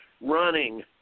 running